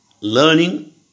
learning